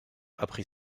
appris